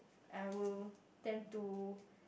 I will tend to